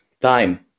time